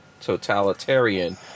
totalitarian